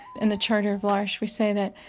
in the charter of l'arche we say that,